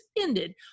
ended